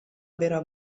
vera